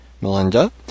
Melinda